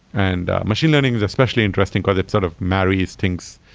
and machine learning is especially interesting, because it sort of marries things.